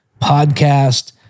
Podcast